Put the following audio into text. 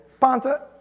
Panta